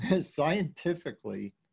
scientifically